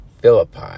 Philippi